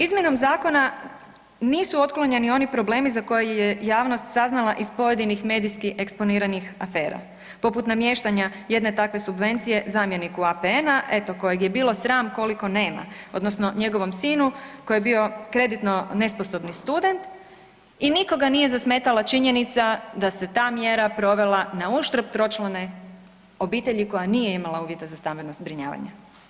Izmjenom zakona nisu otklonjeni oni problemi za koje je javnost saznala iz pojedinih medijski eksponiranih afera poput namještanja jedne takve subvencije zamjeniku APN-a, eto kojeg je bilo sram koliko nema odnosno njegovom sinu koji je bio kreditno nesposobni student i nikoga nije zasmetala činjenica da se ta mjera provela na uštrb tročlane obitelji koja nije imala uvjete za stambeno zbrinjavanje.